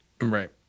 Right